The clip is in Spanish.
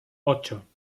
ocho